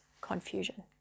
confusion